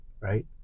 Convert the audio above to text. right